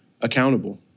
accountable